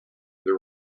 there